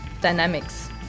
dynamics